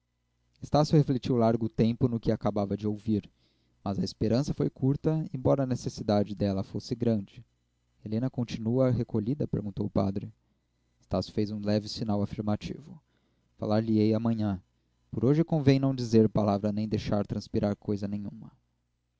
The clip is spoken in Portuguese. estácio refletiu largo tempo no que acabava de ouvir mas a esperança foi curta embora a necessidade dela fosse grande helena continua recolhida perguntou o padre estácio fez um leve sinal afirmativo falar lhe ei amanhã por hoje convém não dizer palavra nem deixar transpirar coisa nenhuma